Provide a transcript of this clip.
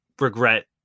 regret